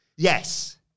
Yes